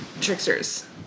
tricksters